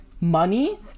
money